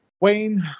Wayne